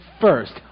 first